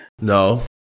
No